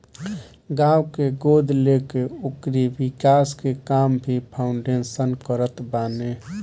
गांव के गोद लेके ओकरी विकास के काम भी फाउंडेशन करत बाने